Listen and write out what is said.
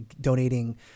donating